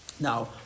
Now